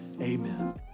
Amen